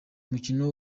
mukino